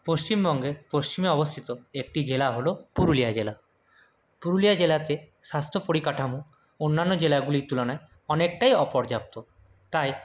পশ্চিমবঙ্গের পশ্চিমে অবস্থিত একটি জেলা হল পুরুলিয়া জেলা পুরুলিয়া জেলাতে স্বাস্থ্য পরিকাঠামো অন্যান্য জেলাগুলির তুলনায় অনেকটাই অপর্যাপ্ত তাই